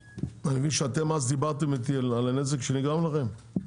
אתם אז דיברתם איתי על הנזק שנגרם לכם.